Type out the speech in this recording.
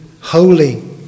holy